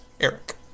Eric